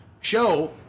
show